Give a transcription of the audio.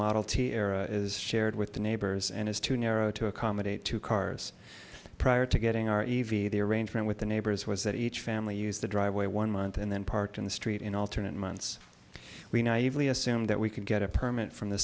model t era is shared with the neighbors and is too narrow to accommodate two cars prior to getting our e v the arrangement with the neighbors was that each family used the driveway one month and then parked in the street in alternate months we naively assumed that we could get a permit from the